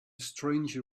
stranger